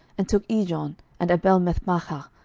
and took ijon, and abelbethmaachah,